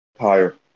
Higher